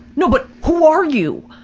no, but who are you?